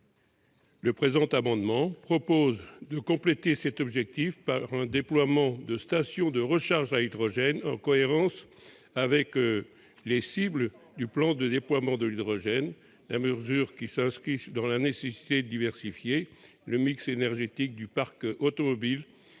Le présent amendement tend à compléter cet objectif par un déploiement de stations de recharge à hydrogène, en cohérence avec les cibles du plan de déploiement de l'hydrogène. Cette mesure répond à la nécessité de diversifier le mix énergétique du parc automobile